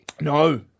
No